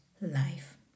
life